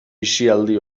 bizialdi